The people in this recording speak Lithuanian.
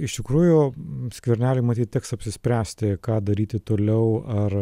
iš tikrųjų skverneliui matyt teks apsispręsti ką daryti toliau ar